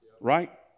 right